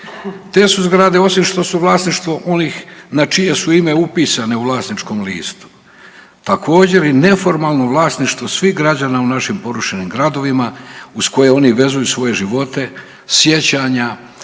Te su zgrade osim što su vlasništvo onih na čije su ime upisane u vlasničkom listu također i neformalno vlasništvo svih građana u našim porušenim gradovima uz koje oni vezuju svoje živote, sjećanja,